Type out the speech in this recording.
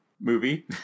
movie